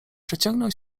przeciągnął